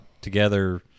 together